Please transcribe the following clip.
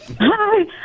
Hi